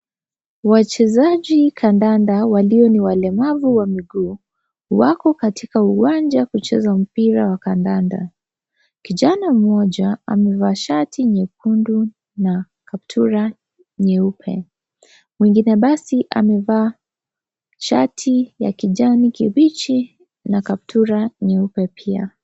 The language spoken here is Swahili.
Wachezaji kandanda walio ni walemavu wa miguu, wako katika uwanja kucheza mpira wa kandanda. Kijana mmoja amevaa shati nyekundu na kaptula nyeupe. mwingine basi amevaa shati ya kijani kibichi na kaptula nyeupe pia.